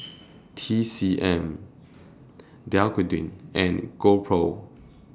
T C M Dequadin and GoPro